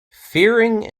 fearing